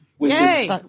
Yay